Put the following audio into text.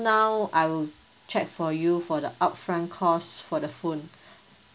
now I will check for you for the upfront cost for the phone